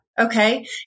Okay